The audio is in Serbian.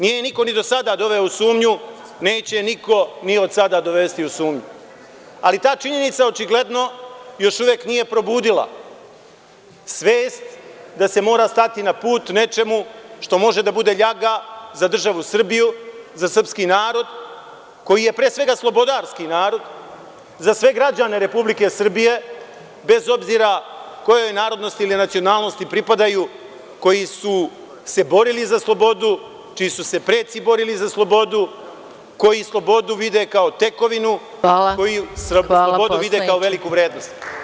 Nije je niko ni do sada doveo u sumnju, neće je niko ni od sada dovesti u sumnju, ali ta činjenica očigledno još uvek nije probudila svest da se mora stati na put nečemu što može da bude ljaga za državu Srbiju, za srpski narod koji je pre svega slobodarski narod, za sve građane Republike Srbije, bez obzira kojoj narodnosti i nacionalnosti pripadaju, koji su se borili za slobodu, čiji su se preci borili za slobodu, koji slobodu vide kao tekovinu, koji slobodu vide kao veliku vrednost.